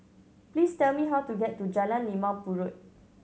please tell me how to get to Jalan Limau Purut